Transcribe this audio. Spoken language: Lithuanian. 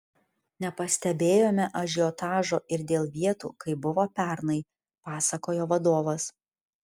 nepastebėjome ažiotažo ir dėl vietų kaip buvo pernai pasakojo vadovas